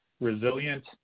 resilient